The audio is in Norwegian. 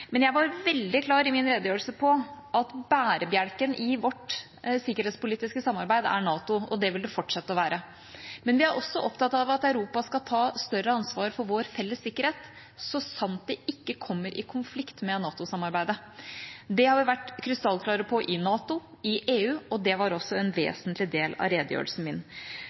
Men vi er også opptatt av at Europa skal ta større ansvar for vår felles sikkerhet, så sant det ikke kommer i konflikt med NATO-samarbeidet. Det har vi vært krystallklare på i NATO og i EU, og det var også en vesentlig del av redegjørelsen min.